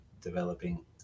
developing